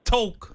Talk